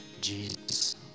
Jesus